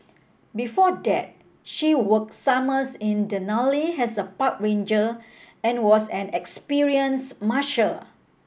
before that she work summers in Denali as a park ranger and was an experience musher